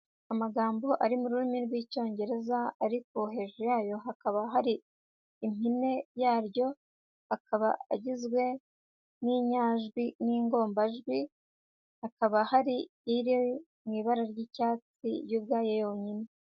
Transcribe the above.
Amagambo ari mu rurimi rw'Icyongereza ariko hejuru yayo hakaba hari impine yaryo, akaba agizwe n'inyajwi n'ingombajwi, hakaba hari iri mu ibara ry'icyatsi yo ubwayo yonyine.